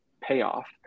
payoff